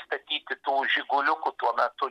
statyti tų žiguliukų tuo metu